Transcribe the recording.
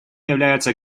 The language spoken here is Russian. являются